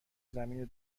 زمین